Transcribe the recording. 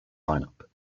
lineup